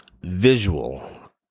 Visual